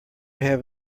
have